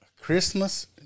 Christmas